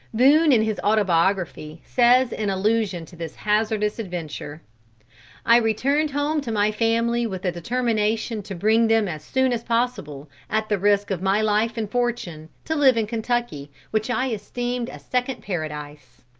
boone, in his autobiography, says in allusion to this hazardous adventure i returned home to my family with a determination to bring them as soon as possible, at the risk of my life and fortune, to live in kentucky, which i esteemed a second paradise.